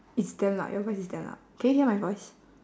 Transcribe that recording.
it's damn loud your voice is damn loud can you hear my voice